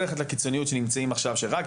שרק אם יש לך מידע ומישהו אומר לך,